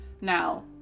now